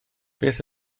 beth